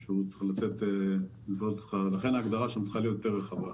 לכן, ההגדרה שם צריכה להיות יותר רחבה.